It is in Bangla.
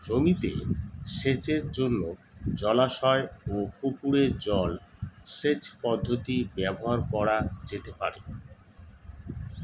জমিতে সেচের জন্য জলাশয় ও পুকুরের জল সেচ পদ্ধতি ব্যবহার করা যেতে পারে?